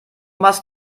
machst